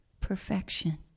perfection